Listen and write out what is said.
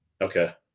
Okay